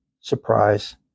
surprise